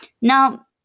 Now